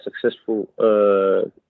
successful